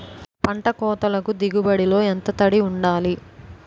పంట కోతకు దిగుబడి లో ఎంత తడి వుండాలి?